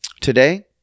today